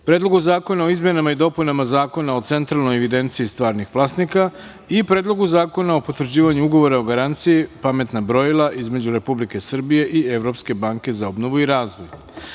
Predlogu zakona o izmenama i dopunama Zakona o centralnoj evidenciji stvarnih vlasnika i Predlogu zakona o potvrđivanju Ugovora o garanciji (Pametna brojila) između Republike Srbije i Evropske banke za obnovu i razvoj